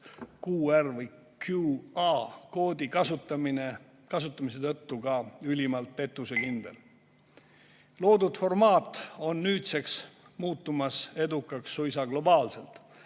QR-koodi kasutamise tõttu on see ka ülimalt pettusekindel. Loodud formaat on nüüdseks muutumas edukaks suisa globaalselt.